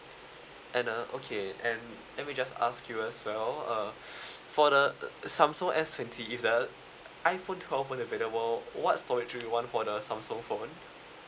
and uh okay and let me just ask you as well uh for the uh Samsung S twenty if the iphone twelve weren't available what storage would you want for the Samsung phone